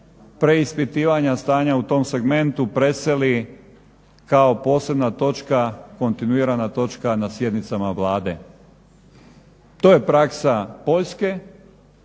preispitivanja stanja u tom segmentu preseli kao posebna točka, kontinuirana točka na sjednicama Vlade. To je praksa Poljske,